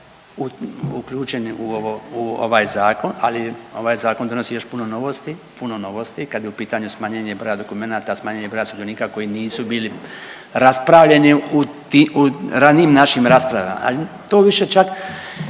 uključeni u ovaj zakon, ali ovaj zakon donosi još puno novosti, puno novosti kada je u pitanju smanjenje broja dokumenata, smanjenje broja sudionika koji nisu bili raspravljeni u ranijim našim rasprava, ali to više čak